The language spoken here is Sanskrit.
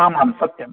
आम् आम् सत्यम्